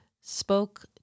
spoke